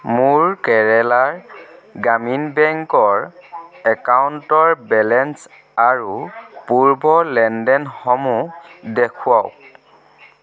মোৰ কেৰেলাৰ গ্ৰামীণ বেংকৰ একাউণ্টৰ বেলেঞ্চ আৰু পূৰ্বৰ লেনদেনসমূহ দেখুৱাওক